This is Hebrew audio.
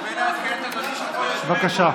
בבקשה.